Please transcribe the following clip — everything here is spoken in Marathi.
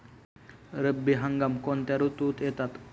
रब्बी हंगाम कोणत्या ऋतूत येतात?